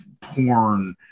porn